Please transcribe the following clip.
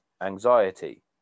Anxiety